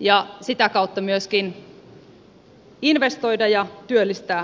ja sitä kautta myöskin investoida ja työllistää uusia henkilöitä